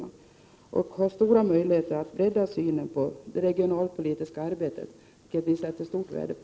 Därför finns det stora möjligheter att se på det regionalpolitiska arbetet mera i stort, vilket vi sätter värde på.